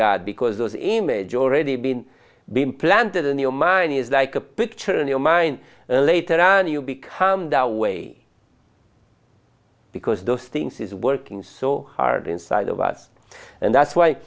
god because a image already been been planted in your mind is like a picture in your mind and later on you become that way because those things is working so hard inside of us and that's why